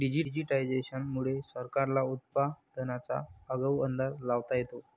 digitisation मुळे सरकारला उत्पादनाचा आगाऊ अंदाज लावता येतो